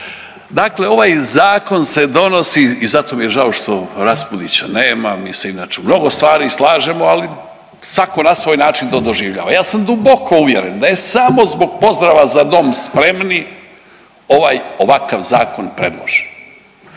Dakle, ovaj zakon se donosi i zato mi je žao što Raspudića nema, mi se inače u mnogo stvari slažemo ali svako na svoj način to doživljava. Ja sam duboko uvjeren da je samo zbog pozdrava „Za dom spremni“ ovaj ovakav zakon predložen.